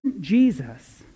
Jesus